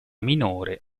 minore